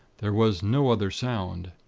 there was no other sound.